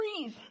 breathe